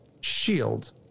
shield